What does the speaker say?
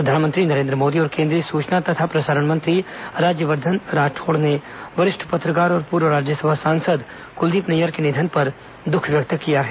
प्रधानमंत्री नरेन्द्र मोदी और केंद्रीय सुचना तथा प्रसारण मंत्री राज्यवर्धन राठौड़ ने वरिष्ठ पत्रकार और पूर्व राज्यसभा सांसद क्लदीप नैय्यर के निधन पर द्ख व्यक्त किया है